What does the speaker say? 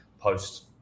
post